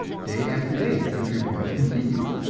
day after day such reports continued,